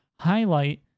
highlight